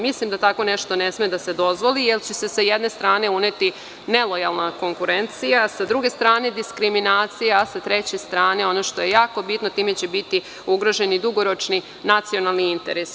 Mislim da tako nešto ne sme da se dozvoli, jer će se sa jedne strane uneti nelojalna konkurencija, sa druge strane diskriminacija, a sa treće strane ono što je jako bitno time će biti ugroženi dugoročni nacionalni interesi.